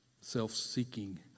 Self-seeking